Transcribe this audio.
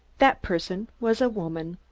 that person was a woman!